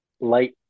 light